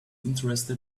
interested